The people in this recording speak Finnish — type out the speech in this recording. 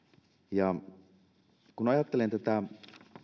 kun ajattelen tätä